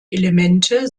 elemente